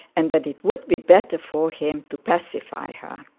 and that it would be better for him to pacify her.